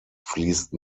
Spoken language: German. fließt